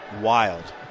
wild